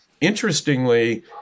Interestingly